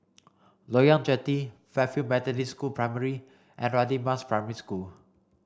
Loyang Jetty Fairfield Methodist School Primary and Radin Mas Primary School